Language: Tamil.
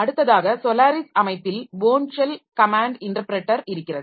அடுத்ததாக சோலாரிஸ் அமைப்பில் போர்ன் ஷெல் கமேன்ட் இன்டர்ப்ரெட்டர் இருக்கிறது